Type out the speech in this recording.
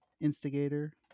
instigator